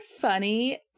funny